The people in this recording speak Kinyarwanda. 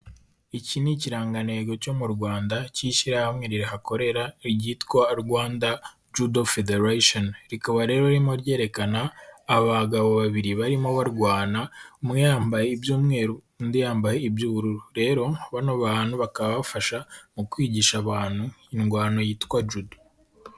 Iki ni ikirangantego cyo mu Rwanda cy'ishyirahamwe rihakorera cyitwa Rwanda Judo Federation rikaba ririmo ryerekana abagabo babiri barimo barwana, umwe yambaye iby'umweru undi yambaye iby'ubururu. Rero bano bantu bakaba bafasha mu kwigisha abantu ingwano yitwa judo.